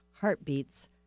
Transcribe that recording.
Heartbeats